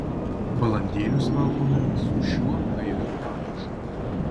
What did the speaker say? balandėlius valgome su šiuo gaiviu padažu